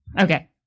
okay